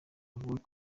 bavuga